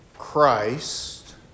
Christ